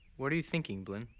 what are you thinking, blynn?